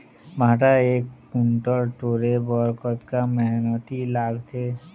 भांटा एक कुन्टल टोरे बर कतका मेहनती लागथे?